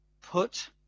put